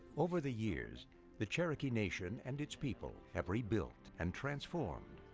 over the years the cherokee nation and its people have rebuilt and transformed.